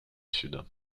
sud